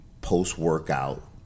post-workout